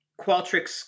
Qualtrics